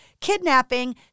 kidnapping